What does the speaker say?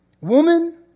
Woman